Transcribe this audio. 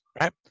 right